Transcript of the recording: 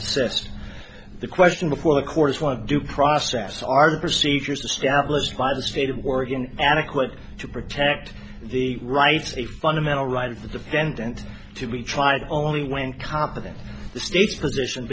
assist the question before the court is one of due process are the procedures established by the state of oregon adequate to protect the rights of the fundamental right of the defendant to be tried only when competent the state's position